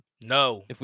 No